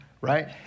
right